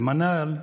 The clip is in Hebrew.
למנאל,